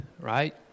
right